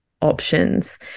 options